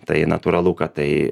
tai natūralu kad tai